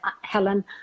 Helen